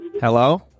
hello